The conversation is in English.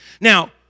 Now